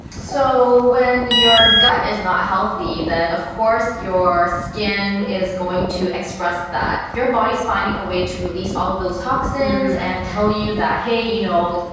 so when your gut is not healthy then of course your skin is going to express that. your body is finding a way to release all of those toxins and tell you that hey, you know,